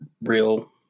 real